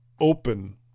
open